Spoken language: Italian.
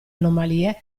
anomalie